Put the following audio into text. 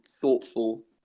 thoughtful